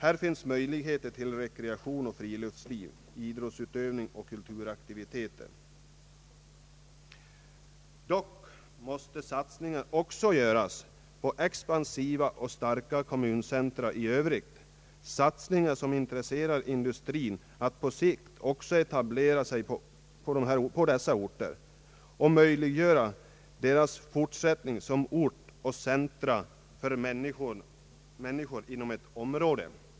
Här finns möjligheter till rekreation och friluftsliv, idrottsutövning och kulturaktiviteter. Dock måste satsningar också göras på expansiva och starka kommuncentra i övrigt — satsningar som intresserar industrin att på sikt också etablera sig på dessa orter och möjliggöra deras fortsättning som ort och centrum för människor inom ett område.